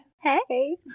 Hey